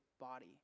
body